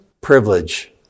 privilege